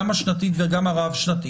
גם השנתית וגם הרב-שנתית,